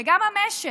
וגם המשק,